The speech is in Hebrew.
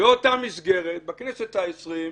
באותה מסגרת, בכנסת ה-20,